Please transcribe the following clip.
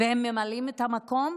והם ממלאים את המקום,